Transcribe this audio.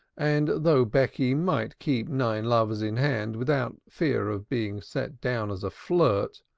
and though becky might keep nine lovers in hand without fear of being set down as a flirt,